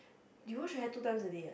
you wash your hair two times a day ah